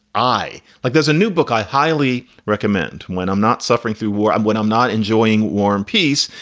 i like there's a new book i highly recommend when i'm not suffering through war. i'm when i'm not enjoying warm peace.